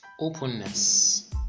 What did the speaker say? Openness